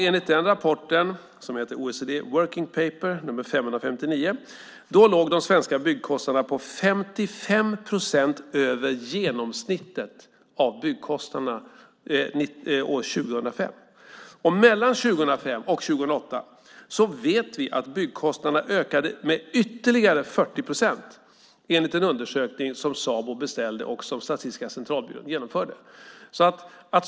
Enligt den rapporten, som heter OECD Working Paper No 559 , låg de svenska byggkostnaderna på 55 procent över genomsnittet av byggkostnaderna år 2005. Mellan 2005 och 2008 vet vi att byggkostnaderna ökade med ytterligare 40 procent enligt en undersökning som Sabo beställde och som Statistiska centralbyrån genomförde.